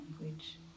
language